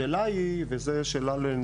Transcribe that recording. השאלה היא האם,